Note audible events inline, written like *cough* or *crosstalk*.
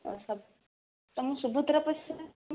*unintelligible* ତମ ସୁଭଦ୍ରା ପଇସା